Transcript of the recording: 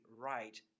right